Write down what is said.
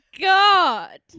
God